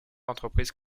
entreprise